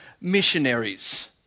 missionaries